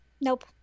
Nope